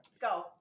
Go